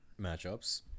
matchups